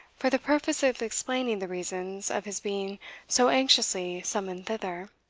for the purpose of explaining the reasons of his being so anxiously summoned thither.